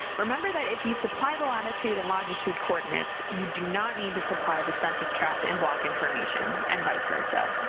remember that if if you supply the latitude and longitude coordinates, you do not need to supply the census tract and block information, and vice versa.